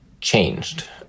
changed